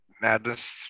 madness